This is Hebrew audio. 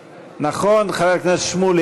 נכון, חבר הכנסת שמולי?